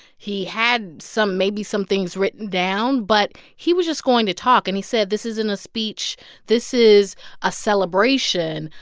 he had some maybe some things written down. but he was just going to talk. and he said, this isn't a speech this is a celebration.